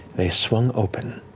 they swung open.